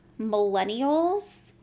millennials